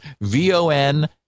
v-o-n